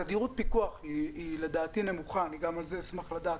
תדירות הפיקוח היא נמוכה, מפקח